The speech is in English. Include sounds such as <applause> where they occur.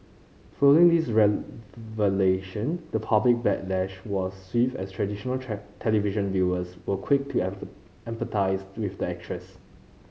following these revelation the public backlash was swift as traditional <unintelligible> television viewers were quick to <unintelligible> empathise with the actress